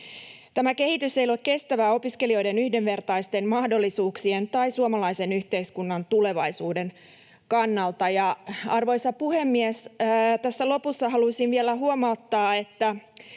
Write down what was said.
Tämä kehitys ei ole kestävää opiskelijoiden yhdenvertaisten mahdollisuuksien tai suomalaisen yhteiskunnan tulevaisuuden kannalta. Arvoisa puhemies! Tässä lopussa haluaisin vielä huomauttaa, että